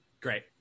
Great